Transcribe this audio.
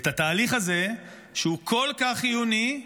ואת התהליך הזה, שהוא כל כך חיוני,